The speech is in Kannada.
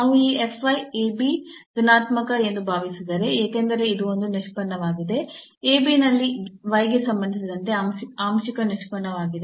ನಾವು ಈ ಧನಾತ್ಮಕ ಎಂದು ಭಾವಿಸಿದರೆ ಏಕೆಂದರೆ ಇದು ಒಂದು ನಿಷ್ಪನ್ನವಾಗಿದೆ ನಲ್ಲಿ y ಗೆ ಸಂಬಂಧಿಸಿದಂತೆ ಆಂಶಿಕ ನಿಷ್ಪನ್ನವಾಗಿದೆ